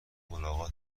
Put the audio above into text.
ملاقات